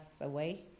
away